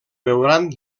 veuran